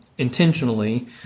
Intentionally